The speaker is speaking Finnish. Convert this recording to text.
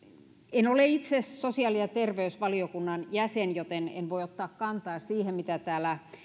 en ole itse sosiaali ja terveysvaliokunnan jäsen joten en voi ottaa kantaa siihen mitä täällä